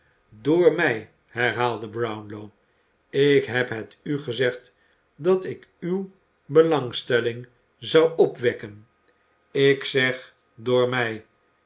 door mij herhaalde brownlow ik heb het u gezegd dat ik uwe belangstelling zou opwekken ik zeg door mij